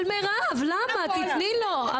אבל, מירב, תני לו.